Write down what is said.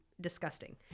disgusting